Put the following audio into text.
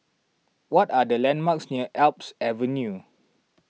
what are the landmarks near Alps Avenue